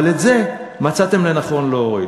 אבל את זה מצאתם לנכון להוריד.